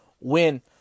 win